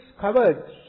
covered